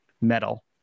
metal